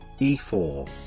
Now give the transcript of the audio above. E4